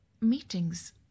Meetings